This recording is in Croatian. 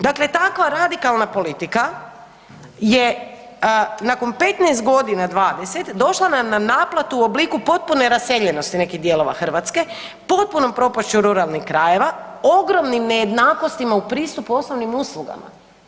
Dakle, takva radikalna politika je nakon 15 godina, 20 došla na naplatu u obliku potpune raseljenosti nekih dijelova Hrvatske, potpunom propašću ruralnih krajeva, ogromnim nejednakostima u pristupu osnovnim uslugama.